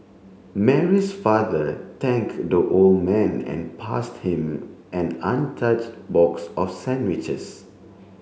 Mary's father thank the old man and passed him an untouch box of sandwiches